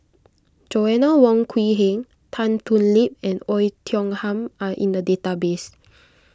Joanna Wong Quee Heng Tan Thoon Lip and Oei Tiong Ham are in the database